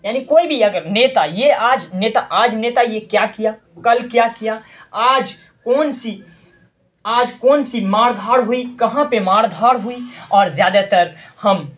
یعنی کوئی بھی اگر نیتا یہ آج نیتا آج نیتا یہ کیا کیا کل کیا کیا آج کون سی آج کون سی مار دھاڑ ہوئی کہاں پہ مار دھاڑ ہوئی اور زیادہ تر ہم